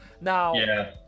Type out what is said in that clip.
Now